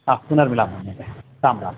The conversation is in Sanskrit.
आं पुनर्मिलामः महोदय राम राम